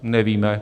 Nevíme.